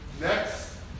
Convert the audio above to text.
Next